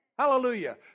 Hallelujah